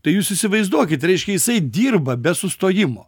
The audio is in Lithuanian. tai jūs įsivaizduokit reiškia jisai dirba be sustojimo